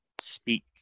speak